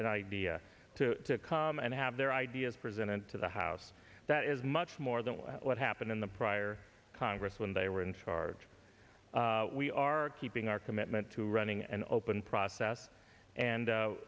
an idea to come and have their ideas presented to the house that is much more than what happened in the prior congress when they were in charge we are keeping our commitment to running an open process and